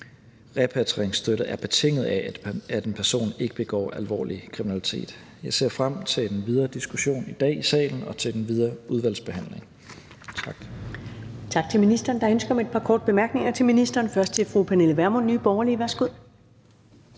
repatrieringsstøtte er betinget af, at en person ikke begår alvorlig kriminalitet. Jeg ser frem til den videre diskussion i dag i salen og til den videre udvalgsbehandling. Tak. Kl. 14:14 Første næstformand (Karen Ellemann): Tak til ministeren. Der er ønske om et par korte bemærkninger til ministeren, først fra fru Pernille Vermund, Nye Borgerlige. Værsgo.